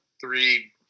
three